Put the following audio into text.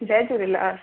Jay Jhulelal